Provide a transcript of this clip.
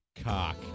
cock